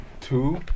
Two